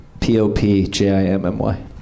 P-O-P-J-I-M-M-Y